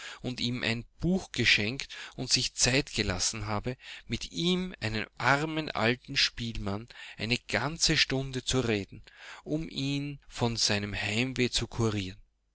und ihm ein buch geschenkt und sich zeit gelassen habe mitihm einemarmen altenspielmann eineganzestundezureden um ihn von seinem heimweh zu kurieren